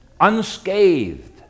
unscathed